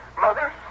Mother